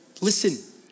listen